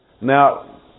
now